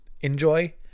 Enjoy